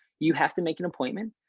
you have to make an appointment,